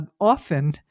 often